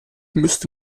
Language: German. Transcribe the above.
müsste